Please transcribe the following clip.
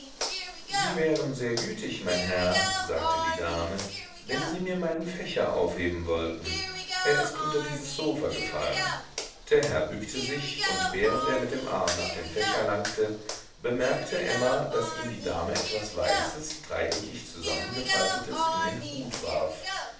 sie wären sehr gütig mein herr sagte die dame wenn sie mir meinen fächer aufheben wollten er ist unter dieses sofa gefallen der herr bückte sich und während er mit dem arm nach dem fächer langte bemerkte emma daß ihm die dame etwas weißes dreieckig zusammengefaltetes in den hut warf